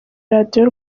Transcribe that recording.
radio